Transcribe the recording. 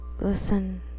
listen